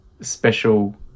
special